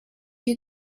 you